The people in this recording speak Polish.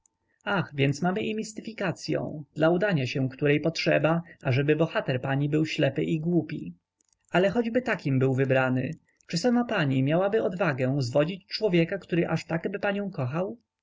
ach więc mamy i mistyfikacyą dla udania się której potrzeba ażeby bohater pani był ślepy i głupi ale choćby takim był wybrany czy sama pani miałaby odwagę zwodzić człowieka któryby aż tak panią kochał